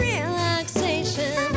Relaxation